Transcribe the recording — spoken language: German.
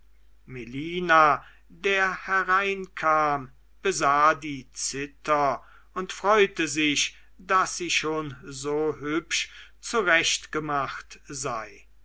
melina der hereinkam besah die zither und freute sich daß sie schon so hübsch zurechtgemacht sei